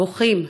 בוכים,